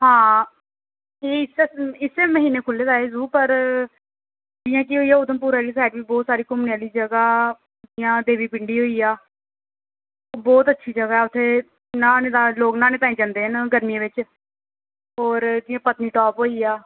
हां ते इस्सै इस्सै महीने खुल्ले दा एह् ज़ू पर जि'यां कि होई गेआ उधमपुर आहली सैड़ बोह्त सारी घूमने आहलीं जगह् जि'यां देवी पिंडी होई गेआ बोह्त अच्छी जगह् ऐ उत्थे न्हाने दा लोग न्हाने ताईं जं'दे न गर्मियें बिच्च होर जि'यां पत्नीटाप होई गेआ